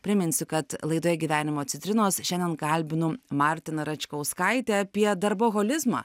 priminsiu kad laidoje gyvenimo citrinos šiandien kalbinu martiną račkauskaitę apie darboholizmą